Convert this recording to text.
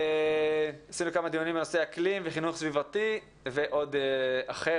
עשינו כמה דיונים בנושא אקלים וחינוך סביבתי ועוד אחר